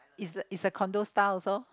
is is a condo style also